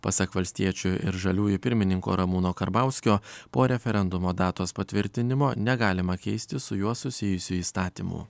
pasak valstiečių ir žaliųjų pirmininko ramūno karbauskio po referendumo datos patvirtinimo negalima keisti su juo susijusių įstatymų